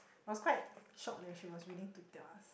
was quite shocked leh she was willing to tell us